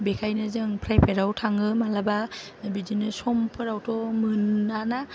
बेखायनो जों फ्राइभेटआव थाङो मालाबा बिदिनो समफोरावथ' मोनाना